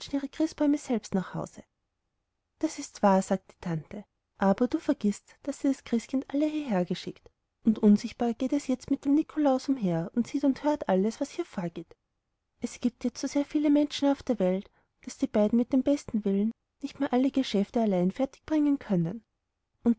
christbäume selbst nach hause das ist wahr sagte die tante aber du vergissest daß sie das christkind alle hierhergeschickt und unsichtbar geht es jetzt mit dem nikolaus umher und sieht und hört alles was hier vorgeht es gibt jetzt so sehr viele menschen auf der welt daß die beiden mit dem besten willen nicht mehr alle geschäfte allein fertigbringen können